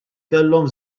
kellhom